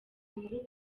inkuru